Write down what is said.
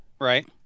Right